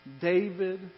David